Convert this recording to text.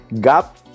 gap